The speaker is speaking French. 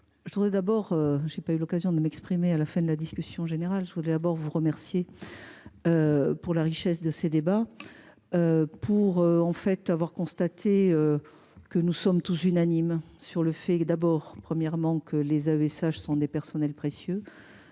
Je voudrais d'abord j'ai pas eu l'occasion de m'exprimer à la fin de la discussion générale sous d'abord vous remercier. Pour la richesse de ces débats. Pour en fait avoir constaté. Que nous sommes tous unanimes sur le fait que, d'abord premièrement que les avais sage sont des personnels précieux.